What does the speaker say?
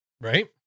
Right